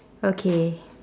okay